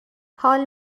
حال